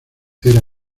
era